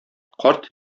карт